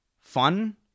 fun